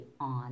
on